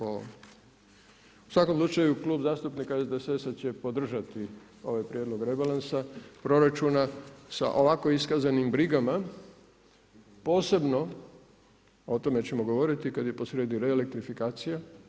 U svakom slučaju Klub zastupnika SDSS-a će podržati ovaj prijedlog rebalansa proračuna sa ovako iskazanim brigama posebno o tome ćemo govoriti kad je posrijedi relektrifikacija.